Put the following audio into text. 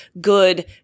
good